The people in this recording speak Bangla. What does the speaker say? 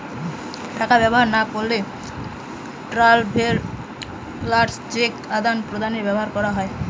টাকা ব্যবহার না করলে ট্রাভেলার্স চেক আদান প্রদানে ব্যবহার করা হয়